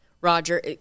Roger